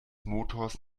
motors